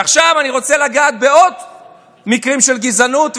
ועכשיו אני רוצה לגעת בעוד מקרים של גזענות,